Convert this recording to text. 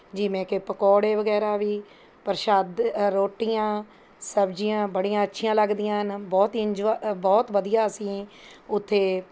ਜਿਵੇਂ ਕਿ ਪਕੌੜੇ ਵਗੈਰਾ ਵੀ ਪ੍ਰਸ਼ਾਦ ਰੋਟੀਆਂ ਸਬਜ਼ੀਆਂ ਬੜੀਆਂ ਅੱਛੀਆਂ ਲੱਗਦੀਆਂ ਹਨ ਬਹੁਤ ਇੰਨਜੋਆਏ ਬਹੁਤ ਵਧੀਆ ਅਸੀਂ ਉੱਥੇ